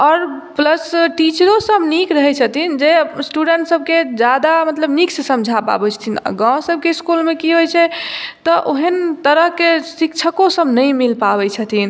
आओर प्लस टीचरो सब नीक रहय छथिन जे स्टुडेन्ट सबके जादा मतलब नीक सँ समझा पाबय छथिन आओर गाँव सबके इसकुलमे की होइ छै तऽ ओहन तरहके शिक्षको सब नहि मिल पाबय छथिन